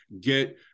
get